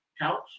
couch